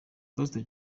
pastor